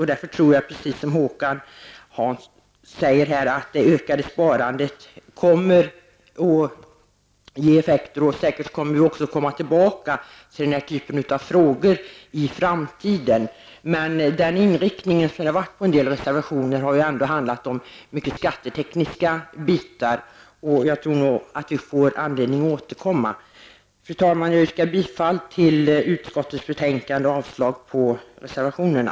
I likhet med Håkan Hansson tror jag att det ökade sparandet kommer att ge effekter. Vi lär också få tillfälle att återkomma till den här typen av frågor i framtiden. En del av reservationerna innehåller skattetekniska resonemang som jag tror att vi får anledning att återkomma till. Fru talman! Jag yrkar bifall till utskottets hemställan och avslag på reservationerna.